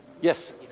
Yes